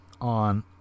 on